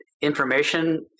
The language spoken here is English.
information